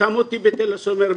שמו אותי בתל השומר,